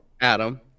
Adam